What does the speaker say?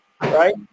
right